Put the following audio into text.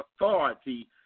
authority